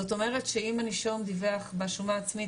זאת אומרת שאם הנישום דיווח בשומה העצמית,